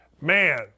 Man